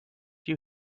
you